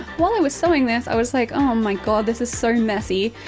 while i was sewing this, i was like oh my god, this is so messy.